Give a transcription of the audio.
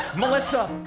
melissa,